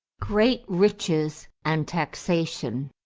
great riches and taxation.